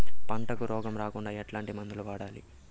పంటకు రోగం రాకుండా ఎట్లాంటి మందులు వాడాలి?